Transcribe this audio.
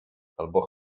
albo